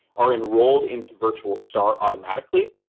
are enrolled into virtual star automatically.